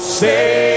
say